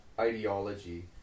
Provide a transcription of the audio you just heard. ideology